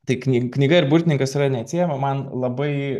tai knyga knyga ir burtininkas yra neatsiejama man labai